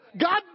God